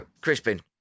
Crispin